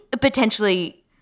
potentially